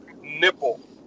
nipple